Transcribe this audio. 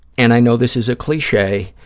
and i know this is a cliche,